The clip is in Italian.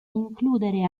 includere